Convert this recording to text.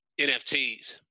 NFTs